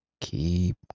keep